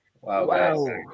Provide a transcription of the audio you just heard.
Wow